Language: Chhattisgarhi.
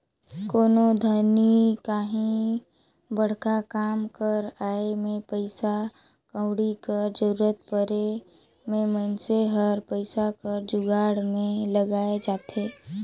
कोनो घनी काहीं बड़खा काम कर आए में पइसा कउड़ी कर जरूरत परे में मइनसे हर पइसा कर जुगाड़ में लइग जाथे